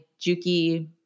Juki